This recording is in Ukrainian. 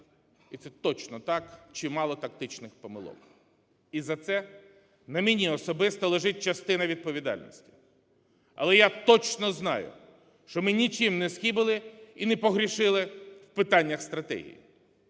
і це точно так, чимало тактичних помилок. І за це на мені особисто лежить частина відповідальності. Але я точно знаю, що ми нічим не схибили і не погрішили в питаннях стратегії.